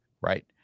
right